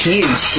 Huge